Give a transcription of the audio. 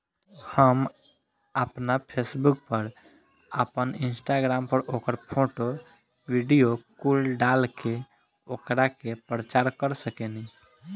हम आपना फेसबुक पर, आपन इंस्टाग्राम पर ओकर फोटो, वीडीओ कुल डाल के ओकरा के प्रचार कर सकेनी